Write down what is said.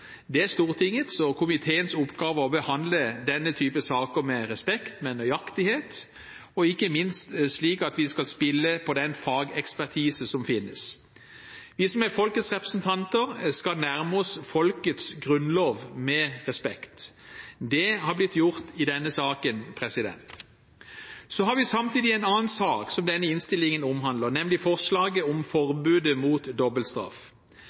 Det er Stortingets og komiteens oppgave å behandle denne type saker med respekt og med nøyaktighet, og ikke minst slik at vi skal spille på den fagekspertise som finnes. Vi som er folkets representanter, skal nærme oss folkets grunnlov med respekt. Det har blitt gjort i denne saken. Så har vi samtidig en annen sak som denne innstillingen omhandler, nemlig forslaget om forbud mot dobbeltstraff.